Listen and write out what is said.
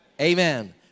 Amen